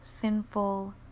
sinful